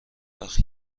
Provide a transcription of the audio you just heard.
وقت